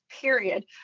period